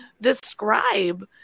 describe